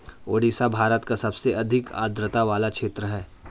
ओडिशा भारत का सबसे अधिक आद्रता वाला क्षेत्र है